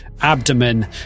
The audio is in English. abdomen